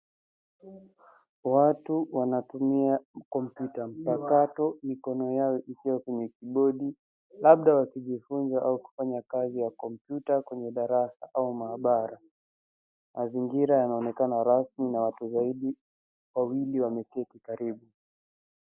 Watu wanatumia kompyuta mpakato mikono yao ikiwa kwenye kibodi, labda wakijifunza au kufanya kazi ya kompyuta kwenye darasa au maabara. Mazingira yanaonekana rasmi na watu zaidi wawili wameketi karibu.